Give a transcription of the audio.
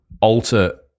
alter